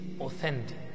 authentic